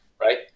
right